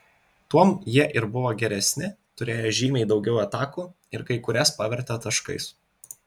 tuom jie ir buvo geresni turėjo žymiai daugiau atakų ir kai kurias pavertė taškais